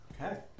Okay